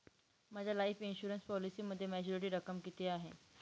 माझ्या life insurance पॉलिसीमध्ये maturity रक्कम किती आहे?